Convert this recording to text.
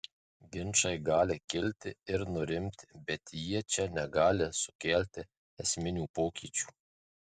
ginčai gali kilti ir nurimti bet jie čia negali sukelti esminių pokyčių